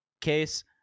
case